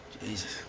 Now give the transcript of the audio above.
jesus